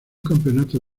campeonato